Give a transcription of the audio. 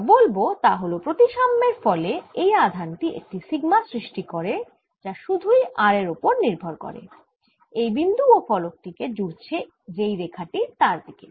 আমরা যা বলব তা হল প্রতিসাম্যের ফলে এই আধান টি একটি সিগমা সৃষ্টি করে যা সুধুই r এর ওপর নির্ভর করে এই বিন্দু ও ফলক টি কে জুড়ছে যেই রেখা টি তার থেকে